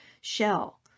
shell